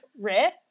rare